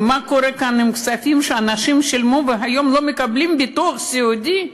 ומה קורה כאן עם כספים שאנשים שילמו והיום לא מקבלים ביטוח סיעודי?